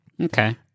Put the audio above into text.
Okay